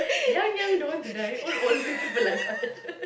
young young don't want to die old old many people like us